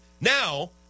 Now